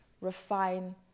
refine